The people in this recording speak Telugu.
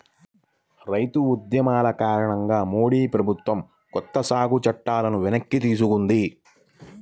రైతు ఉద్యమాల కారణంగా మోడీ ప్రభుత్వం కొత్త సాగు చట్టాలను వెనక్కి తీసుకుంది